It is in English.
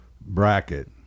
bracket